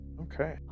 Okay